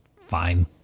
Fine